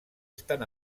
estan